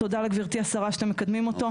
תודה לגברתי השרה שאתם מקדמים אותו.